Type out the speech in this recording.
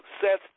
Seth